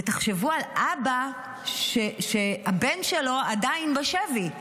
ותחשבו על אבא שהבן שלו עדיין בשבי,